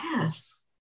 Yes